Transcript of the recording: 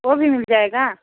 वो भी मिल जाएगा